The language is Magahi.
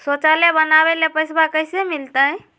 शौचालय बनावे ले पैसबा कैसे मिलते?